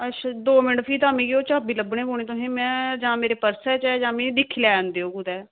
अच्छा फ्ही ओह् तां मिगी चाभी लब्भना पौनी जां में मेरे पर्स च ऐ मिगी दिक्खी लैन देओ